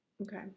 Okay